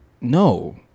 no